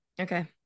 Okay